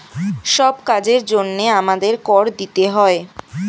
সব কাজের জন্যে আমাদের কর দিতে হয়